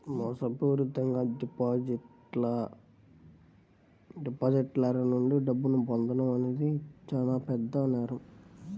మోసపూరితంగా డిపాజిటర్ల నుండి డబ్బును పొందడం అనేది చానా పెద్ద నేరం